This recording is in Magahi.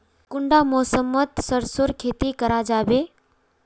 कुंडा मौसम मोत सरसों खेती करा जाबे?